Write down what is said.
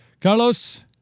Carlos